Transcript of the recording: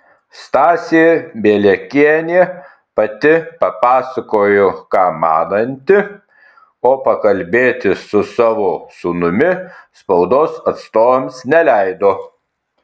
stasė bieliakienė pati papasakojo ką mananti o pakalbėti su savo sūnumi spaudos atstovams neleido